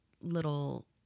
little